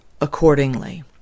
accordingly